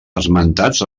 esmentats